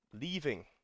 leaving